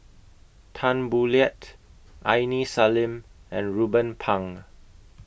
Tan Boo Liat Aini Salim and Ruben Pang